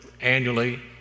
annually